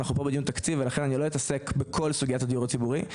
אנחנו פה בדיון תקציב ולכן אני לא אתעסק בכל סוגיית הדיור הציבורי.